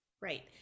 Right